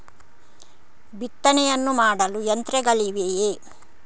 ಬಿತ್ತನೆಯನ್ನು ಮಾಡಲು ಯಂತ್ರಗಳಿವೆಯೇ?